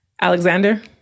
alexander